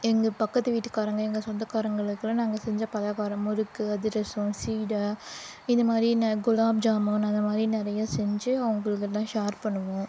எங்கள் பக்கத்துக்கு வீட்டுகாரங்க எங்கள் சொந்தக்காரர்களுக்குலாம் நாங்கள் செஞ்ச பலகாரம் முறுக்கு அதிரசம் சீடை இது மாதிரி என்ன குலாப்ஜாமூன் அது மாதிரி நிறைய செஞ்சு அவர்களுக்கு எல்லாம் ஷேர் பண்ணுவோம்